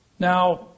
Now